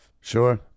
Sure